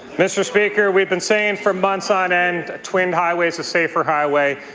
mr. speaker, we've been saying for months on end, a twined highway is a safer highway.